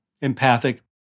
empathic